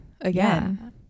again